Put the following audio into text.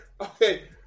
okay